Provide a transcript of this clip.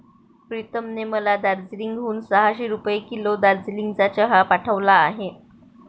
प्रीतमने मला दार्जिलिंग हून सहाशे रुपये किलो दार्जिलिंगचा चहा पाठवला आहे